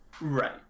Right